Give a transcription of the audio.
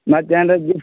ಮತ್ತೆ ಏನರ ಗಿಫ್ಟ್